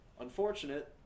Unfortunate